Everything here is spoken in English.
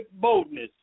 boldness